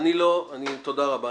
תודה רבה.